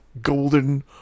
golden